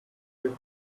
you